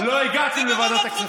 לא הגעתם לוועדת הכספים.